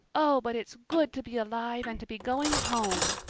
oh, but it's good to be alive and to be going home,